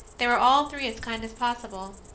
they were all three as kind as possible.